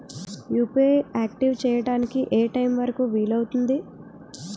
UPI activate చెయ్యడానికి ఏ time వరుకు వీలు అవుతుంది?